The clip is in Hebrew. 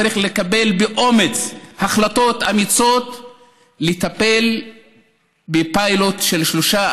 צריך לקבל באומץ החלטות אמיצות ולטפל בפיילוט של שלושה,